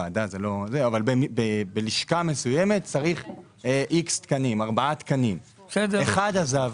עכשיו בלשכה מסוימת צריך ארבעה תקנים, אחד עזב,